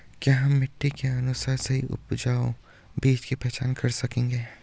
क्या हम मिट्टी के अनुसार सही उपजाऊ बीज की पहचान कर सकेंगे?